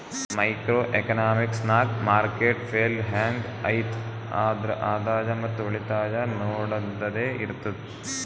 micro economics ನಾಗ್ market fail ಹ್ಯಾಂಗ್ ಐಯ್ತ್ ಆದ್ರ ಆದಾಯ ಮತ್ ಉಳಿತಾಯ ನೊಡದ್ದದೆ ಇರ್ತುದ್